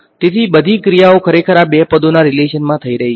તેથી બધી ક્રિયાઓ ખરેખર આ બે પદોના રીલેશનમાં થઈ રહી છે